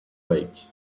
wait